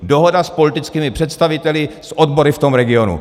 Dohoda s politickými představiteli, s odbory v tom regionu.